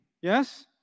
Yes